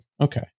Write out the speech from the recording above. Okay